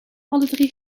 alledrie